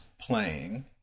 playing